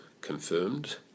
confirmed